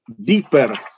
deeper